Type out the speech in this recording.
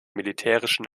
militärischen